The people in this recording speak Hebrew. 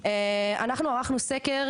אנחנו ערכנו סקר,